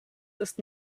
ist